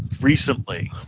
recently